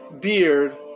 beard